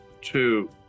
two